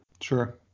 Sure